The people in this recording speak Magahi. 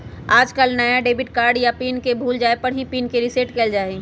आजकल नया डेबिट कार्ड या पिन के भूल जाये पर ही पिन के रेसेट कइल जाहई